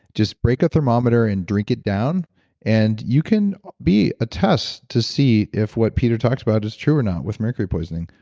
just break a thermometer and drink it down and you can be a test to see if what peter talked about is true or not with mercury poisoning,